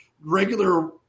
regular